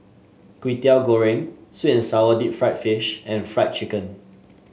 Kwetiau Goreng sweet and sour Deep Fried Fish and Fried Chicken